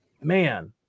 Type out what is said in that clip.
man